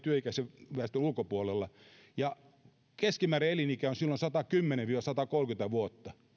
työikäisen väestön ulkopuolella kun keskimääräinen elinikä on silloin satakymmentä viiva satakolmekymmentä vuotta